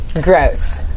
Gross